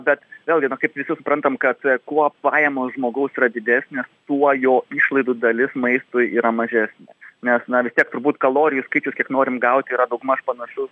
bet vėlgi na kaip visi suprantam kad kuo pajamos žmogaus yra didesnės tuo jo išlaidų dalis maistui yra mažesnė nes na vistiek turbūt kalorijų skaičių kiek norim gauti yra daugmaž panašus